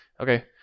Okay